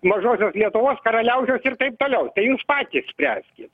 mažosios lietuvos karaliaučiaus ir taip toliau jūs patys spręskit